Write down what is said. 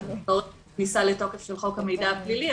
לצורך כניסה לתוקף של חוק המידע הפלילי,